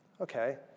Okay